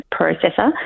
processor